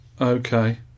Okay